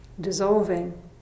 dissolving